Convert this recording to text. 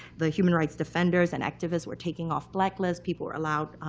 the human rights defenders and activists were taken off black lists. people were allowed,